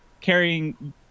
carrying